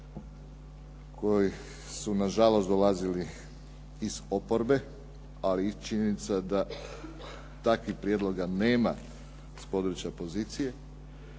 koji su na žalost dolazili iz oporbe, ali je činjenica da takvih prijedloga nema s područja pozicije,